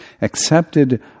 accepted